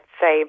say